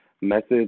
message